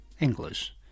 English